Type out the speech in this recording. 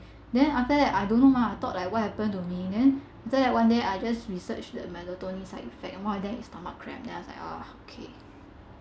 then after that I don't know lah I thought like what happen to me then after that one day I just researched the melatonin side effect and one of them is stomach cramp and then I was like ah okay